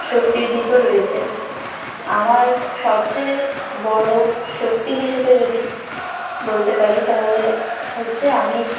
শক্তির দিকও রয়েছে আমার সবচেয়ে বড়ো শক্তি হিসেবে যদি বলতে পারি তাহলে হচ্ছে আমি